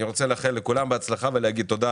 אני רוצה לאחל לכולם בהצלחה ולהגיד תודה